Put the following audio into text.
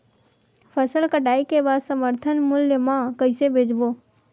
फसल कटाई के बाद समर्थन मूल्य मा कइसे बेचबो?